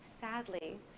sadly